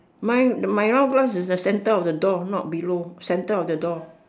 mine my round glass is the center of the door not below center of the door